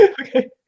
okay